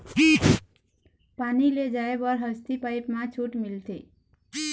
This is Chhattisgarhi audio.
पानी ले जाय बर हसती पाइप मा छूट मिलथे?